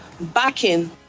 backing